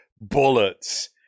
bullets